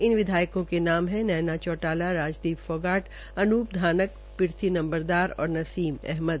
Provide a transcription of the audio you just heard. इन विधायको के नाम है नैना चौटाला राजदीप फौगाट अनूप धानक पिरथी नंबरदार और नसीम अहमद